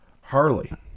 harley